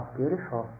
beautiful